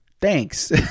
thanks